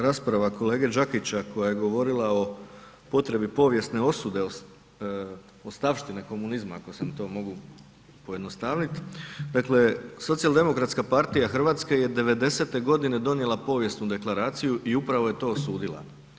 Rasprava kolege Đakića koja je govorila o potrebi povijesne osude ostavštine komunizma, ako sam to mogao pojednostavniti, dakle, Socijaldemokratska partija Hrvatske je 90. godine donijela povijesnu deklaraciju i upravo je to osudila.